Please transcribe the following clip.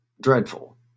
Dreadful